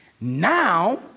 now